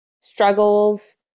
struggles